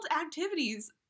activities